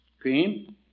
Cream